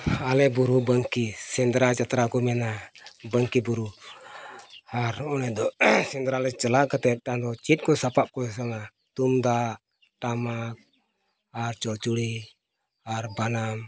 ᱟᱞᱮ ᱵᱩᱨᱩ ᱵᱟᱝᱠᱤ ᱥᱮᱸᱫᱽᱨᱟ ᱡᱟᱛᱨᱟ ᱠᱚ ᱢᱮᱱᱟ ᱵᱟᱝᱠᱤ ᱵᱩᱨᱩ ᱟᱨ ᱚᱱᱮ ᱥᱮᱸᱫᱽᱨᱟ ᱞᱮ ᱪᱟᱞᱟᱣ ᱠᱟᱛᱮᱫ ᱛᱟᱭᱚᱢ ᱫᱚ ᱪᱮᱫ ᱠᱚ ᱥᱟᱯᱟᱵᱽ ᱠᱚ ᱛᱩᱢᱫᱟᱜ ᱴᱟᱢᱟᱠ ᱟᱨ ᱪᱚᱲᱪᱩᱲᱤ ᱟᱨ ᱵᱟᱱᱟᱢ